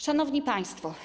Szanowni Państwo!